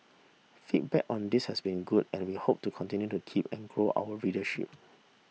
feedback on this has been good and we hope to continue to keep and grow our readership